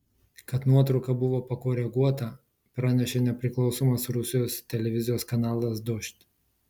kad nuotrauka buvo pakoreguota pranešė nepriklausomas rusijos televizijos kanalas dožd